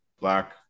black